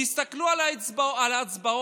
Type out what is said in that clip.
תסתכלו על ההצבעות,